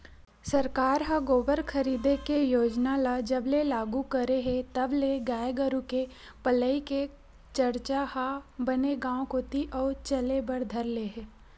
सरकार ह गोबर खरीदे के योजना ल जब ले लागू करे हे तब ले गाय गरु के पलई के चरचा ह बने गांव कोती अउ चले बर धर ले हे